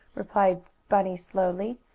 replied bunny slowly.